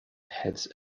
heads